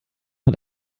hat